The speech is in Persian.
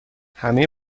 همه